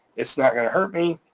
it's not gonna hurt me,